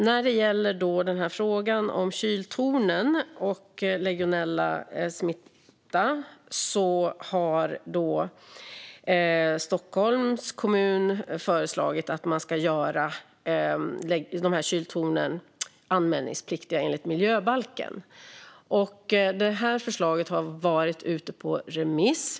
När det gäller frågan om kyltorn och legionellasmitta har Stockholms kommun föreslagit att man ska göra kyltornen anmälningspliktiga enligt miljöbalken. Förslaget har varit ute på remiss.